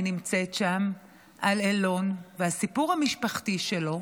נמצאת שם על אילון והסיפור המשפחתי שלו,